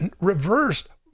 reversed